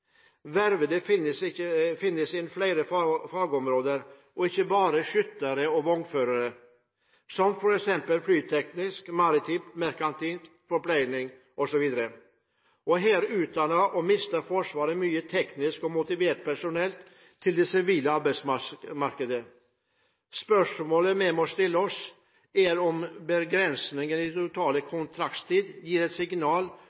Vervede finnes innen flere fagområder – ikke bare skyttere og vognførere, men f.eks. flyteknisk, maritimt, merkantilt, forpleining osv. Her utdanner og mister Forsvaret mye teknisk og motivert personell til det sivile arbeidsmarkedet. Spørsmålet vi må stille oss, er om begrensninger i den totale kontraktstid gir et signal